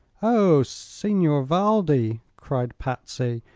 oh, signor valdi! cried patsy,